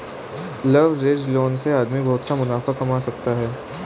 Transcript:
leveraged loan में आदमी बहुत सा मुनाफा कमा सकता है